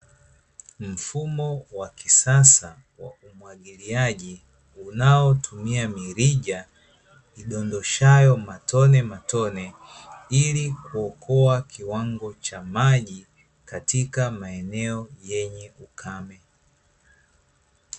Mfumo wa kisasa wa umwagiliaji unaotumia mirija, idondoshayo matonematone ili kuokoa kiwango cha maji katika maeneo yenye ukame.